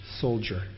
soldier